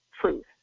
truth